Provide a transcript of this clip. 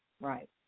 right